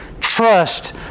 trust